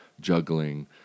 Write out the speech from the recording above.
juggling